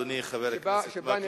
אדוני חבר הכנסת מקלב.